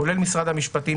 כולל משרד המשפטים,